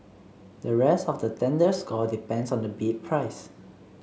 the rest of the tender score depends on the bid price